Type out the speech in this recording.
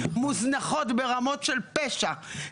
מוזנחות ברמות של פשע.